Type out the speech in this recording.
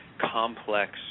complex